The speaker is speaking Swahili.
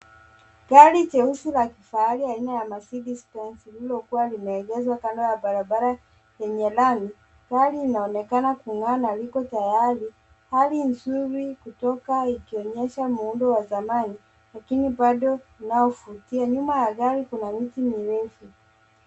Gari la jeusi la kifahari aina ya Mercedes Benz lililokuwa limeegeshwa kando ya barabara yenye lami. Gari inaonekana kung'aa na liko tayari. Hali nzuri kutoka ikionyesha muundo wa zamani, lakini baado unaovutia. Nyuma ya gari kuna miti mirefu.